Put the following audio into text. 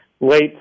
late